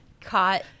caught